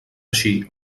així